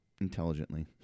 intelligently